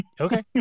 Okay